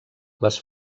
les